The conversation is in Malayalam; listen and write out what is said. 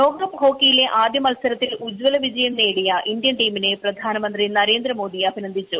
ലോകകപ്പ് ഹോക്കിയിലെ ആദ്യ മത്സരത്തിൽ ഉജ്ജല വിജയം നേടിയ ഇന്ത്യൻ ടീമിനെ പ്രധാനമന്ത്രി നരേന്ദ്രമോദി അഭിനന്ദിച്ചു